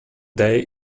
day